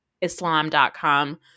Islam.com